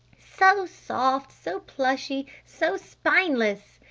so soft, so plushy, so spineless!